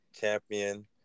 Champion